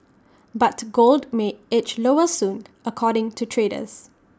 but gold may edge lower soon according to traders